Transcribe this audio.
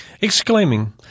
exclaiming